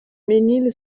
mesnil